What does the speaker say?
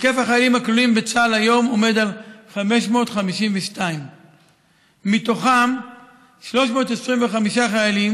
מספר החיילים הכלואים בצה"ל היום עומד על 552. מתוכם 325 חיילים,